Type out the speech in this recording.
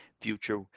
future